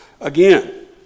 Again